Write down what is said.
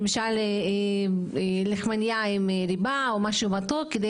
למשל לחמנייה עם ריבה או משהו מתוק כדי